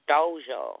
Dojo